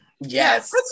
Yes